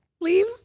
leave